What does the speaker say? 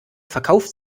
verkauft